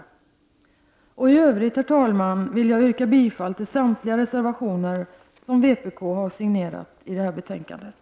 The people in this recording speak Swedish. I övrigt, herr talman, yrkar jag bifall till samtliga reservationer i betänkandet som vpk har signerat.